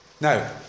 Now